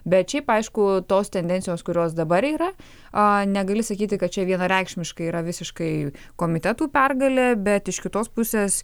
bet šiaip aišku tos tendencijos kurios dabar yra a negali sakyti kad čia vienareikšmiškai yra visiškai komitetų pergalė bet iš kitos pusės